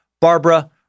Barbara